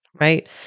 right